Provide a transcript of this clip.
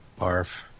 Barf